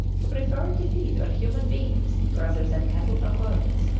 who preferred to feed on human beings rather than cattle or goats.